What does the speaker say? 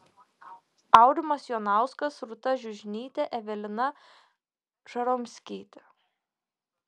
aurimas jonauskas rūta žiužnytė evelina žaromskytė